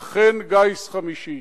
אכן גיס חמישי.